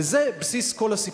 וזה בסיס כל הסיפור.